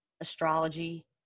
astrology